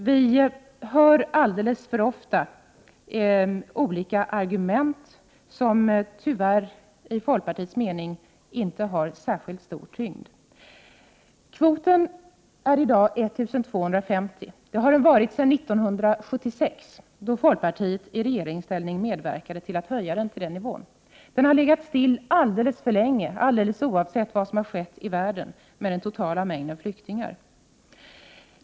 Vi hör alldeles för ofta olika argument som enligt folkpartiets mening inte har särskilt stor tyngd. Flyktingkvoten är i dag 1 250. Det har den varit sedan 1976, då folkpartiet i regeringsställning medverkade till att höja den till den nivån. Den har legat still alldeles för länge, oavsett vad som har skett i världen med den totala mängden flyktingar.